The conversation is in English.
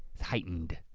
it's heightened.